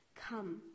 Come